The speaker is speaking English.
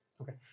Okay